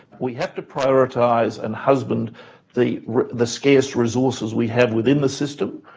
we have to prioritise and husband the the scarce resources we have within the system,